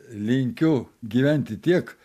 linkiu gyventi tiek